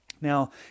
Now